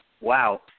Wow